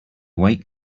wake